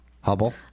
Hubble